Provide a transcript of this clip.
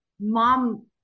mom